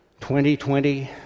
2020